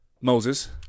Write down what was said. Moses